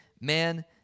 man